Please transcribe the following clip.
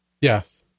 Yes